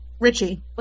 Richie